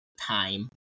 time